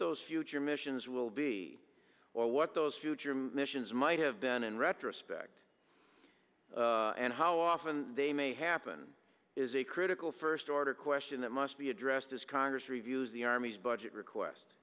those future missions will be or what those future missions might have been in retrospect and how often they may happen is a critical first order question that must be addressed as congress reviews the army's budget request